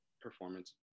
performance